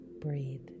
breathe